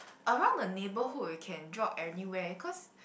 around the neighbourhood you can jog anywhere cause